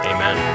Amen